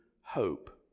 hope